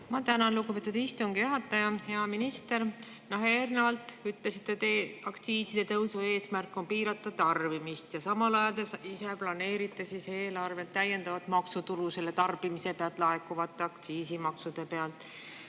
Ma tänan, lugupeetud istungi juhataja! Hea minister! Eelnevalt ütlesite, et aktsiiside tõusu eesmärk on piirata tarbimist, samal ajal planeerite ise eelarvesse täiendavat maksutulu selle tarbimise kaudu laekuvatest aktsiisimaksudest.